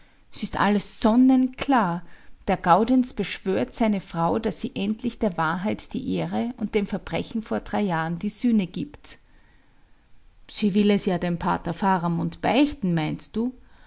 es ist alles sonnenklar der gaudenz beschwört seine frau daß sie endlich der wahrheit die ehre und dem verbrechen vor drei jahren die sühne gibt sie will es ja dem pater faramund beichten meinst du